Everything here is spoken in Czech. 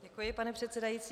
Děkuji, pane předsedající.